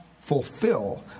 fulfill